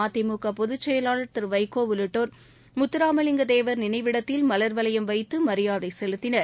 மதிமுகபொதுச்செயலாளர் திருவைகோ உள்ளிட்டோர் முத்தராமலிங்கத்தேவர் நினைவிடத்தில் மலர் வளையம் வைத்துமரியாதைசெலுத்தினர்